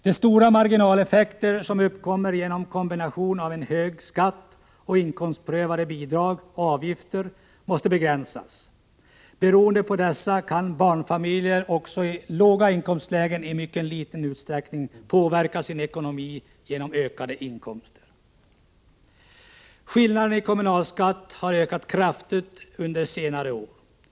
De stora marginaleffekter som uppkommer genom kombination av en hög skatt och inkomstprövade bidrag och avgifter måste begränsas: Beroende på dessa kan barnfamiljer också i låga inkomstlägen i mycket liten utsträckning påverka sin ekonomi genom ökade inkomster. Skillnaderna i kommunalskatt har ökat kraftigt under senare år.